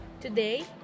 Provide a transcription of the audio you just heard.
today